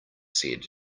said